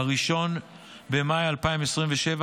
1 במאי 2027,